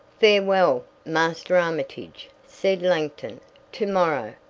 farewell, master armitage, said langton to-morrow,